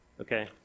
okay